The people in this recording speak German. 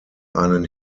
einen